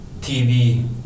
TV